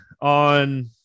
on